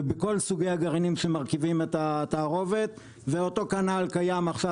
ובכל סוגי הגרעינים שמרכיבים את התערובת ואותו כנ"ל קיים עכשיו,